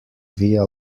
via